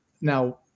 now